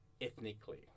ethnically